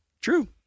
true